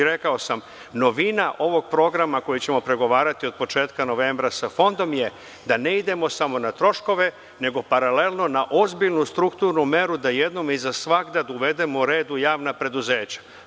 Rekao sam, novina ovog programa koji ćemo pregovarati od početka novembra sa Fondom je da ne idemo samo na troškove, nego paralelno na ozbiljnu strukturnu meru, da jednom i za svagda uvedemo red u javna preduzeća.